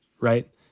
right